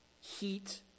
heat